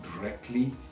directly